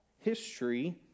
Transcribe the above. history